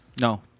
No